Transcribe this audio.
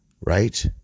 right